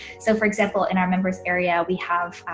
so for example in our members area, we have,